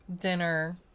dinner